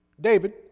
David